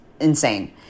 insane